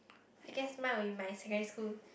I guess mine would be my secondary school